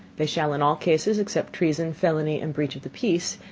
they shall in all cases, except treason, felony and breach of the peace,